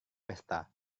pesta